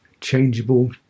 changeable